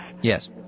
yes